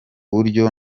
buryo